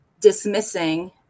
dismissing